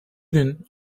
gün